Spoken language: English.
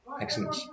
Excellent